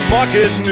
Market